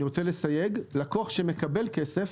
אני רוצה לסייג לקוח שמקבל כסף,